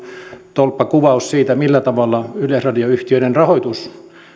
tolppakuvaus siitä millä tavalla yleisradioyhtiöiden rahoitus